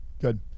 good